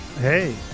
hey